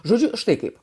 žodžiu štai kaip